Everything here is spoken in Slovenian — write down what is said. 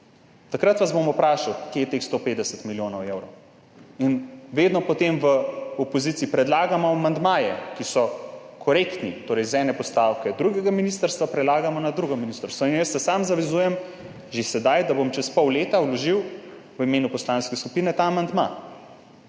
Takrat vas bom vprašal, kje je teh 150 milijonov evrov. In vedno potem v opoziciji predlagamo amandmaje, ki so korektni, torej z ene postavke drugega ministrstva prelagamo na drugo ministrstvo. 20. TRAK: (VP) 15.20 (nadaljevanje) In jaz se sam zavezujem že sedaj, da bom čez pol leta vložil v imenu poslanske skupine ta amandma.